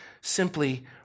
simply